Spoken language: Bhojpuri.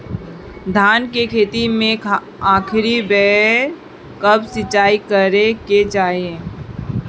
धान के खेती मे आखिरी बेर कब सिचाई करे के चाही?